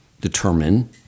determine